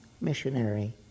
missionary